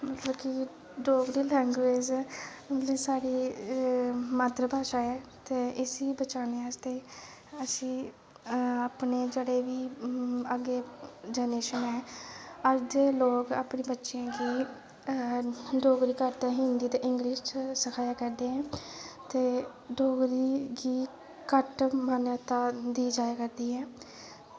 मतलब कि डोगरी लैंग्वेज़ जेह्ड़ी साढ़ी मात्तरभाशा ऐ ते इसी बचानै आस्तै असें ई अपने अग्गें बी जेह्ड़े जनरेशन ऐ अज्ज दे लोग अपने बच्चें गी ते डोगरी घट्ट ते हिंदी ते इंगलिश जादै सखाया करदे न ते डोगरी गी घट्ट मान्यता दित्ती जंदी ऐ